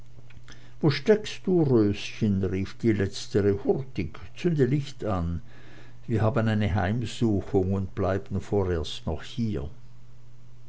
wo steckst du röschen rief die letztere hurtig zünde licht an wir haben eine heimsuchung und bleiben vorerst noch hier